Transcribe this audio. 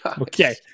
Okay